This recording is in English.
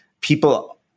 people